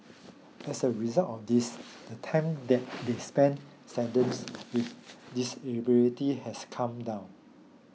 as a result of this the time that they spend saddled with disabilities has come down